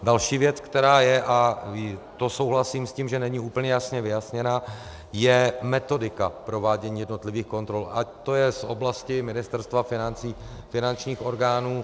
Další věc, která je, a to souhlasím s tím, že není úplně jasně vyjasněna, je metodika provádění jednotlivých kontrol, ať to je z oblasti Ministerstva financí, finančních orgánů.